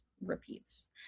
repeats